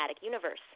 Universe